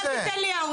אז אל תיתן לי הערות,